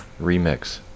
Remix